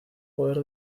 poder